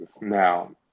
Now